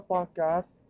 Podcast